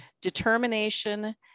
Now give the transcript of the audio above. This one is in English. determination